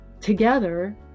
together